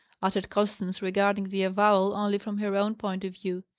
uttered constance, regarding the avowal only from her own point of view.